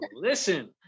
Listen